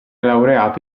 laureato